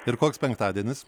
ir koks penktadienis